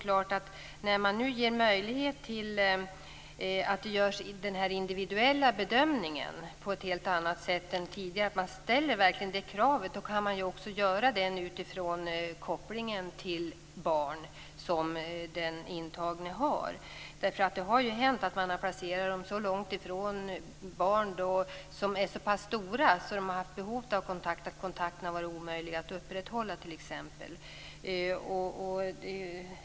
Man ger nu möjlighet till en individuell bedömning på ett helt annat sätt än tidigare. Man ställer verkligen det kravet. Då kan man också göra den bedömningen utifrån kopplingen till barn som den intagna har. Det har hänt att man har placerat intagna så långt ifrån barn som är så pass stora att de har haft behov av kontakt att kontakten har varit omöjlig att upprätthålla.